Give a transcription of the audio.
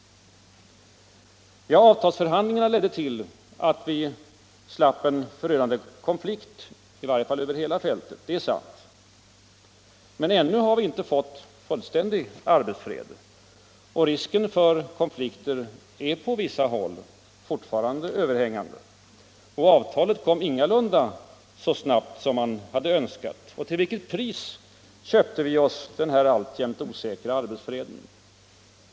Ja, avtalsförhandlingarna ledde till att vi slapp en förödande konflikt, i varje fall över hela fältet. Det är sant. Men vi har ännu inte fått fullständig arbetsfred, och risken för konflikter är på vissa håll överhängande. Avtalet kom ingalunda så snabbt som man hade önskat. Och till vilket pris köpte vi oss den här alltjämt osäkra arbetsfreden?